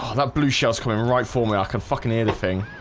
ah that blue shells coming right for me i can fucking anything